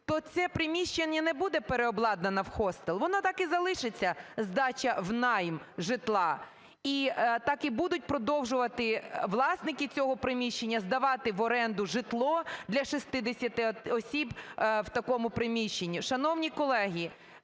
то це приміщення не буде переобладнане в хостел, воно так і залишиться "здача в найм житла", і так і будуть продовжувати власники цього приміщення здавати в оренду житло для 60 осіб в такому приміщенні. Шановні колеги,